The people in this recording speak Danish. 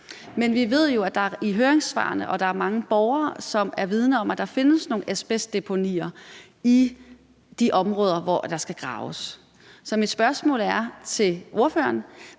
Men vi ved fra høringssvarene, at der er mange borgere, som er vidende om, at der findes nogle asbestdeponier i de områder, hvor der skal graves. Så mit spørgsmål til ordføreren